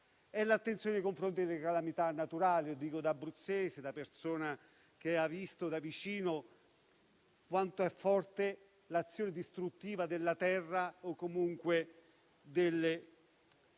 è l'attenzione nei confronti delle calamità naturali; lo dico da abruzzese, da persona che ha visto da vicino quanto è forte l'azione distruttiva degli eventi meteorologici